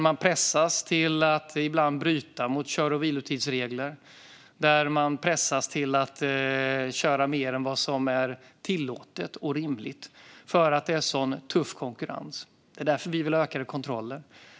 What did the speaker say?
Man pressas ibland till att bryta mot kör och vilotidsregler och att köra mer än vad som är tillåtet och rimligt, för det är så tuff konkurrens. Det är därför vi vill ha ökade kontroller.